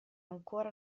ancora